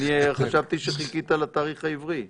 אני חשבתי שחיכית לתאריך העברי.